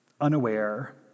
unaware